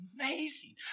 amazing